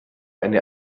eine